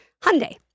Hyundai